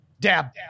Dab